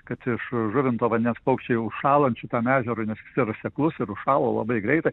kad iš žuvinto vandens paukščiai užšąlančių tam ežerui nusitvėrus seklus ir užšąla labai greitai